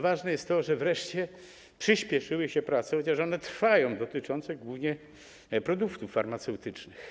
Ważne jest to, że wreszcie przyspieszyły się prace, chociaż one trwają, dotyczące głównie produktów farmaceutycznych.